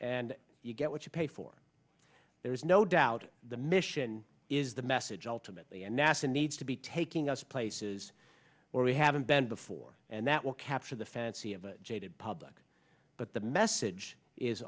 and you get what you pay for there's no doubt the mission is the message ultimately and nasa needs to be taking us to places where we haven't been before and that will capture the fancy of a jaded public but the message is